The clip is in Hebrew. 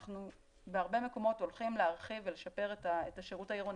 אנחנו בהרבה מקומות הולכים להרחיב ולשפר את השירות העירוני,